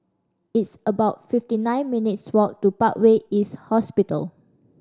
it's about fifty nine minutes' walk to Parkway East Hospital